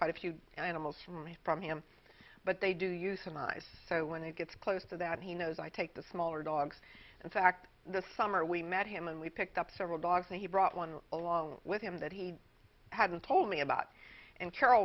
quite a few animals for me from him but they do use a nice so when he gets close to that he knows i take the smaller dogs in fact this summer we met him and we picked up several dogs and he brought one along with him that he hadn't told me about and carol